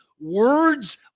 Words